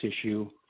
issue